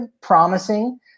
promising